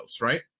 right